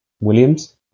Williams